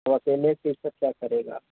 कोई अकेले कैसे क्या करेगा